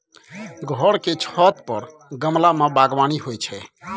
घर के छत पर गमला मे बगबानी होइ छै